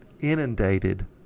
inundated